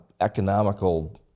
economical